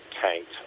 tanked